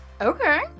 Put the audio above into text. Okay